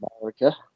America